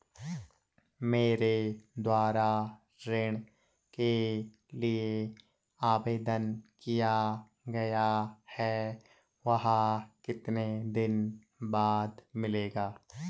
मेरे द्वारा ऋण के लिए आवेदन किया गया है वह कितने दिन बाद मिलेगा?